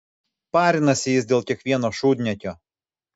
parinasi jis dėl kiekvieno šūdniekio